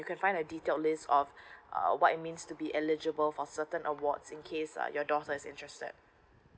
you can find I did your list of a what it means to be eligible for certain awards in case uh your daughter is interested